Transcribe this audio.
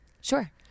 Sure